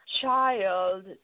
child